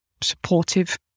supportive